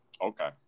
Okay